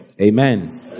Amen